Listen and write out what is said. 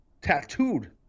tattooed